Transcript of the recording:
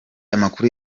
amakuru